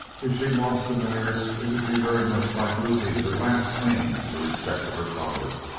if she lost the mares it would be very much like losing her last claim to the respect of her father.